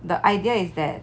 the idea is that